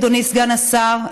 אדוני סגן השר,